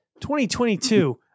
2022